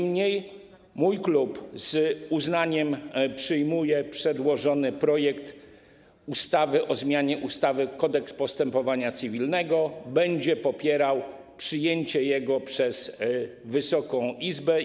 Mój klub z uznaniem przyjmuje przedłożony projekt ustawy o zmianie ustawy - Kodeks postępowania cywilnego i będzie popierał przyjęcie go przez Wysoką Izbę.